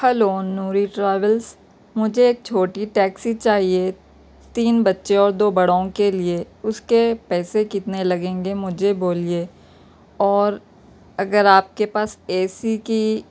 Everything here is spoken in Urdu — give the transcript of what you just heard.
ہلو نوری ٹریولس مجھے ایک چھوٹی ٹیکسی چاہیے تین بچے اور دو بڑوں کے لیے اس کے پیسے کتنے لگیں گے مجھے بولیے اور اگر آپ کے پاس اے سی کی